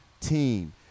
team